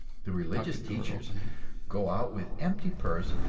the religious teachers go out with empty purse,